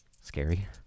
scary